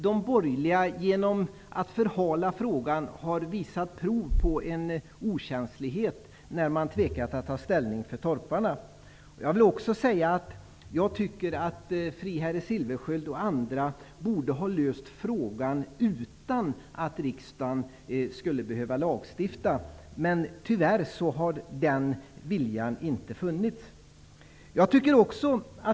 De borgerliga har genom att förhala frågan visat prov på en okänslighet, när man tvekat att ta ställning för torparna. Friherre Silfverschiöld och andra borde ha kunnat lösa frågan utan att riksdagen behöver lagstifta, men tyvärr har den viljan inte funnits.